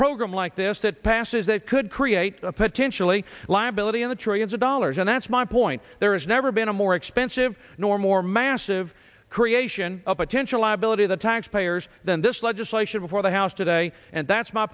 program like this that passes that could create a potentially liability in the trillions of dollars and that's my point there is never been a more expensive nor more massive creation a potential liability of the taxpayers than this legislation before the house today and that's my